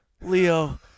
Leo